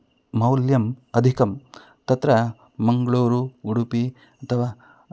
मौल्यम् अधिकं तत्र मङ्ग्ळूरु उडुपि अथवा